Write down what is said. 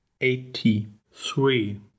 Eighty-three